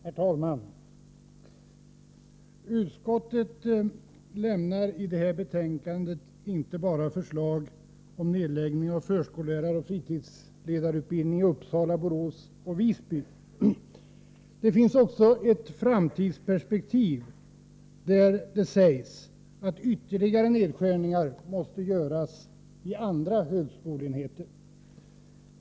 Herr talman! Utskottet framlägger i detta betänkande inte bara förslag om en nedläggning av förskolläraroch fritidsledarutbildningen i Uppsala, Borås och Visby. Man redovisar också ett framtidsperspektiv som går ut på att motsvarande nedskärningar måste göras vid andra högskoleenheter.